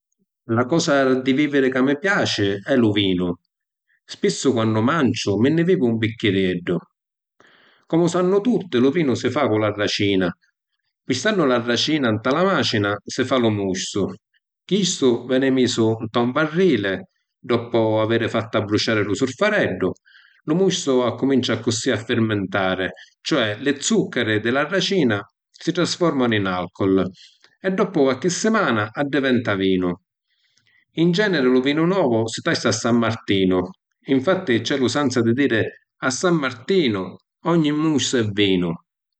La cosa di viviri ca mi piaci è lu vinu. Spissu quannu manciu mi vivu un bicchireddu. Comu sannu tutti, lu vinu si fa cu la racina. Pistannu la racina nta la macina si fa lu mustu, chistu veni misu nta un varrili, doppu aviri fattu abbruciari lu surfareddu, lu mustu accumincia accussì a firmintari, ccioè li zuccari di la racina si trasformanu in alcol, e doppu qualchi simàna addiventa vinu. In generi lu vinu novu si tasta a San Martinu, infatti c’è l’usanza di diri “A San Martinu ogni mustu è vinu”.